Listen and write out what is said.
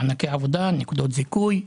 מענקי עבודה ונקודות זיכוי.